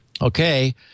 Okay